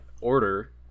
order